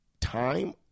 time